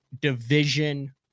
division